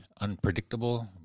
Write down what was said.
unpredictable